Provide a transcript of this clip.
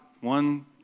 One